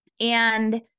And-